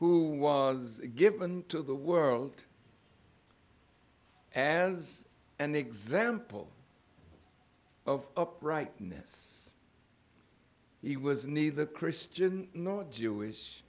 who was given to the world as an example of uprightness he was neither christian nor jewish